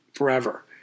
Forever